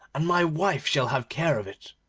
and my wife shall have care of it